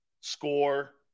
score